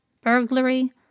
burglary